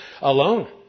alone